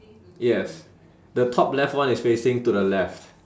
yes the top left one is facing to the left